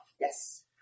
Yes